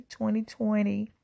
2020